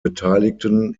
beteiligten